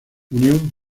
unión